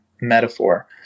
metaphor